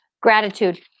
Gratitude